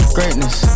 Greatness